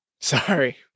Sorry